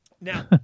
Now